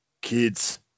kids